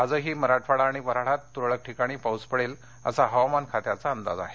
आजही मराठवाडा आणि वन्हाडात तुरळक ठिकाणी पाऊस पडेल असा हवामान खात्याचा अंदाज आहे